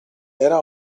era